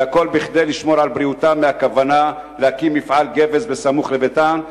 והכול כדי לשמור על בריאותם מול הכוונה להקים מפעל גבס בסמוך לביתם,